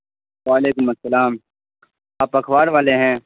وعلیکم السلام آپ اخبار والے ہیں